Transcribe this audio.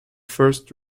first